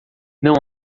não